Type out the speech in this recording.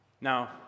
now